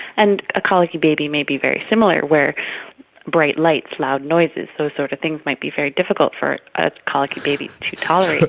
and a colicky baby may be very similar where bright lights, loud noises, those sort of things might be very difficult for a colicky baby to